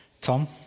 Tom